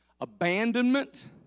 abandonment